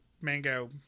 mango